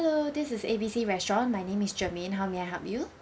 hello this is A B C restaurant my name is germaine how may I help you